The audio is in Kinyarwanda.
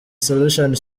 solution